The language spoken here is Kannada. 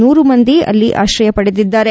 ನೂರು ಮಂದಿ ಅಲ್ಲಿ ಆಕ್ರಯ ಪಡೆದಿದ್ದಾರೆ